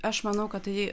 aš manau kad tai